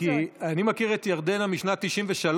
אני מכיר את ירדנה משנת 1993,